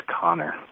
Connor